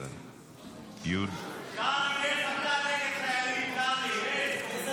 קרעי, איך אתה נגד חיילים, קרעי, איך?